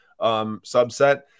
subset